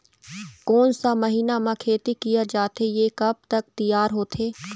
कोन सा महीना मा खेती किया जाथे ये कब तक तियार होथे?